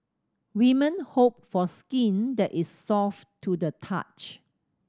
women hope for skin that is soft to the touch